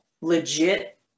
legit